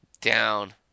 down